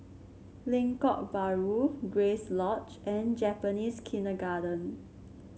Lengkok Bahru Grace Lodge and Japanese Kindergarten